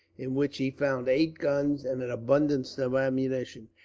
in which he found eight guns and an abundance of ammunition,